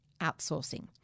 outsourcing